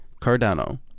Cardano